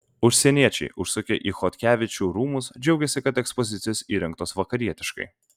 užsieniečiai užsukę į chodkevičių rūmus džiaugiasi kad ekspozicijos įrengtos vakarietiškai